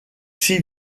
six